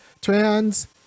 trans